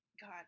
God